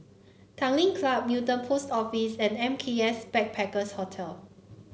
Tanglin Club Newton Post Office and M K S Backpackers Hostel